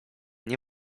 nie